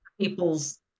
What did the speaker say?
people's